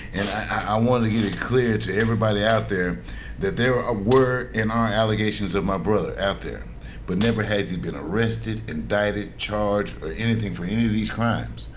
i want to get it clear to everybody out there that there ah were and are allegations of my brother out there but never has he been arrested, indicted, charged or anything for any of these crimes,